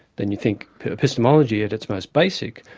then you think epistemology at its most basic,